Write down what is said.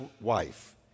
wife